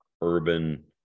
urban